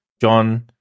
John